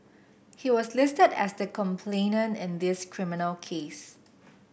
he was listed as the complainant in this criminal case